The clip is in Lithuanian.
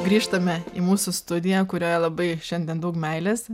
grįžtame į mūsų studiją kurioje labai šiandien daug meilės